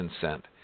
Consent